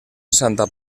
santa